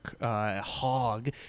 hog